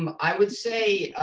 um i would say